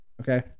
Okay